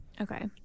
Okay